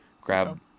grab